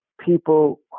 people